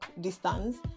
distance